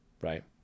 right